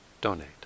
donate